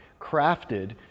crafted